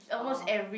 oh